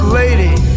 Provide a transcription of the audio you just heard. lady